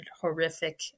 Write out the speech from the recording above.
horrific